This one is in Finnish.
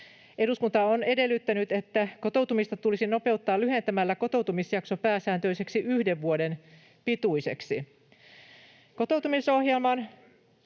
Eduskunta on edellyttänyt, että kotoutumista tulisi nopeuttaa lyhentämällä kotoutumisjakso pääsääntöisesti yhden vuoden pituiseksi.